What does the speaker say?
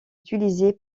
utilisé